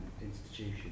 institutions